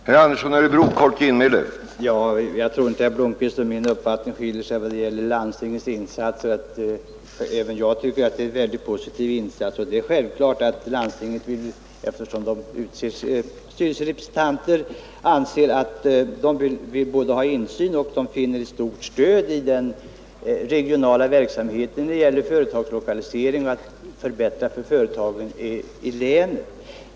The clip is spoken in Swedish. Herr talman! Jag tycker inte att herr Blomkvists och min uppfattning skiljer sig när det gäller landstingens insats. Även jag tycker att det är en mycket positiv insats, och det är självfallet att landstingen, eftersom de utser styrelserepresentanter, både vill ha insyn i och finner stort stöd i den regionala verksamheten när det gäller att lokalisera företag och förbättra för företagen i länet.